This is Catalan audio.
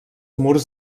murs